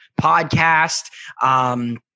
podcast